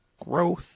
growth